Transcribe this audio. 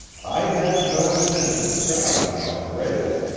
i have no intention of traveling by rail,